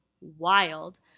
wild